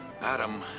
Adam